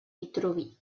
vitruvi